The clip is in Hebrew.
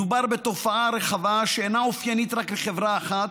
מדובר בתופעה רחבה, שאינה אופיינית רק לחברה אחת,